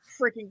Freaking